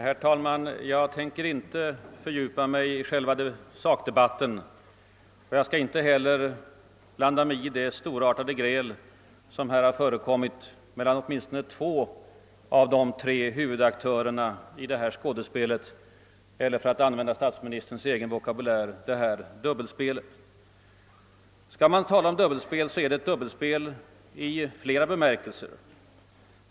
Herr talman! Jag tänker inte fördjupa mig i själva sakdebatten, och jag skall inte heller blanda mig i det storartade gräl, som här förekommit mellan åtminstone två av de tre huvudaktörerna i detta skådespel eller — för att använda statsministerns egen vokabulär — detta dubbelspel. Det är i varje fall ett dubbelspel i flera bemärkelser.